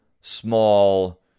small